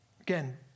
again